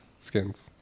Skins